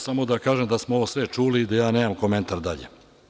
Samo da kažem da smo ovo sve čuli i da ja nemam komentar dalje.